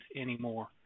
anymore